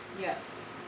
Yes